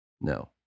No